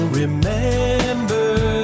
remember